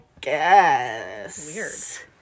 guess